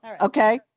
Okay